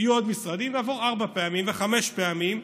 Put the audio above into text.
יהיו עוד משרדים ונעבור ארבע פעמים וחמש פעמים,